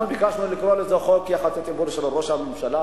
אנחנו ביקשנו לקרוא לזה חוק יחסי ציבור של ראש הממשלה.